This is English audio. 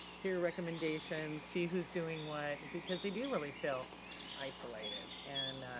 hear recommendations, see who's doing what, because they do really feel isolated. and